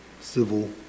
civil